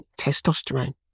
testosterone